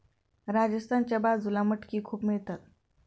राजस्थानच्या बाजूला मटकी खूप मिळतात